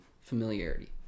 familiarity